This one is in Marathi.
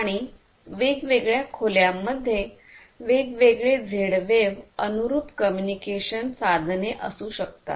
आणि वेगवेगळ्या खोल्यांमध्ये वेगवेगळे झेड वेव अनुरुप कम्युनिकेशन साधने असू शकतात